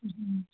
हम्म